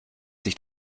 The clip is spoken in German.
sich